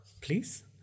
Please